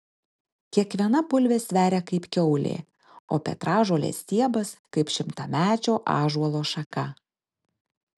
kiekviena bulvė sveria kaip kiaulė o petražolės stiebas kaip šimtamečio ąžuolo šaka